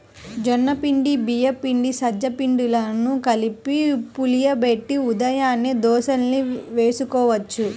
జొన్న పిండి, బియ్యం పిండి, సజ్జ పిండిలను కలిపి పులియబెట్టి ఉదయాన్నే దోశల్ని వేసుకోవచ్చు